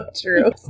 true